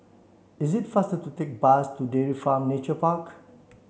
is it faster to take bus to Dairy Farm Nature Park